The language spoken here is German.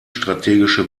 strategische